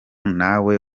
nawe